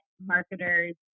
marketers